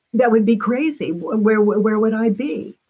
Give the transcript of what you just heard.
that would be crazy where would where would i be?